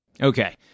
Okay